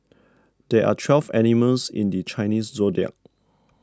there are twelve animals in the Chinese zodiac